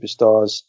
superstars